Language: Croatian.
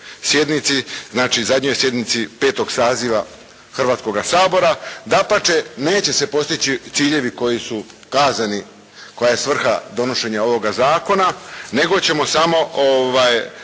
znači zadnjoj sjednici V. saziva Hrvatskoga sabora. Dapače, neće se postići ciljevi koji su kazani, koja je svrha donošenja ovoga zakona nego ćemo samo